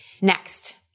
Next